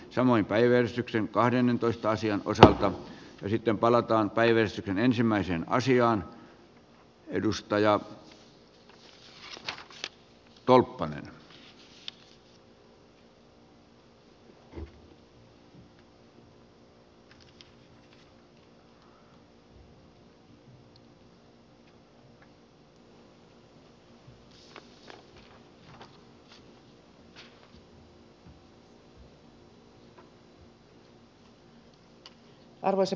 samoin päivystyksen kahdennentoista asian voi sanoa miten palataan päivien ensimmäisen arvoisa puhemies